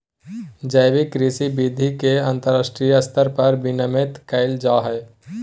जैविक कृषि विधि के अंतरराष्ट्रीय स्तर पर विनियमित कैल जा हइ